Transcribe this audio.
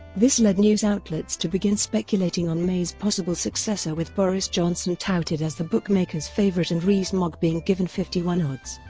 this led news outlets to begin speculating on may's possible successor with boris johnson touted as the bookmakers' favourite and rees-mogg being given fifty one odds.